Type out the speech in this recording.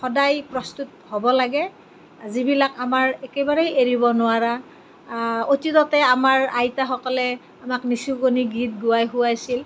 সদায় প্ৰস্তুত হ'ব লাগে যিবিলাক আমাৰ একেবাৰেই এৰিব নোৱাৰা অতীজতে আমাৰ আইতাসকলে আমাক নিচুকনি গীত গোৱাই শুৱাইছিল